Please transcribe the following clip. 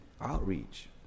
outreach